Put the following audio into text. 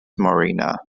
morena